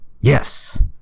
Yes